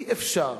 אי-אפשר,